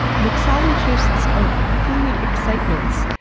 mixologists of fluid excitements,